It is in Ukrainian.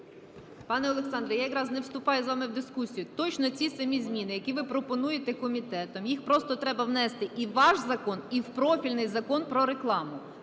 Пане Олександре, я якраз не вступаю з вами у дискусію. Точно ці самі зміни, які ви пропонуєте комітетом, їх просто треба внести і в ваш закон, і в профільний Закон "Про рекламу".